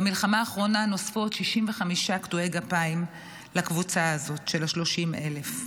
במלחמה האחרונה נוספו עוד 65 קטועי גפיים לקבוצה הזאת של ה-30,000.